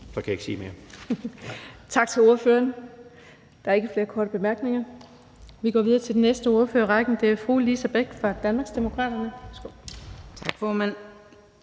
formand (Birgitte Vind): Tak til ordføreren. Der er ikke flere korte bemærkninger. Vi går videre til den næste ordfører i rækken, og det er fru Lise Bech fra Danmarksdemokraterne. Værsgo.